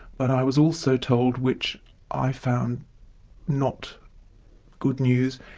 but i was also told, which i found not good news,